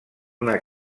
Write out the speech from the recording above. una